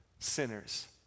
sinners